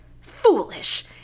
foolish